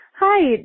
Hi